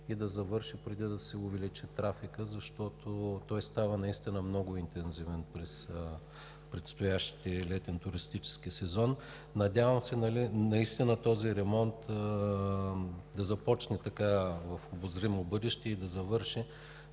и да завърши преди да се увеличи трафикът, защото той става наистина много интензивен през летния туристически сезон. Надявам се този ремонт да започне в обозримо бъдеще и да завърши